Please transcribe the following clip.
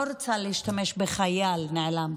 לא רוצה להשתמש בחייל נעלם,